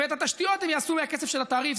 ואת התשתיות הם יעשו מהכסף של התעריף.